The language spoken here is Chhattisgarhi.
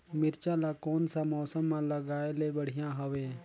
मिरचा ला कोन सा मौसम मां लगाय ले बढ़िया हवे